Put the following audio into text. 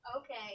Okay